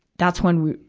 that's when we,